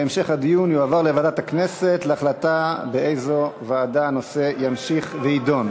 המשך הדיון יועבר לוועדת הכנסת להחלטה באיזו ועדה הנושא ימשיך ויידון.